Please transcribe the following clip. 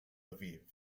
aviv